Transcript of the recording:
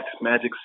Magic